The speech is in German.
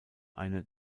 eine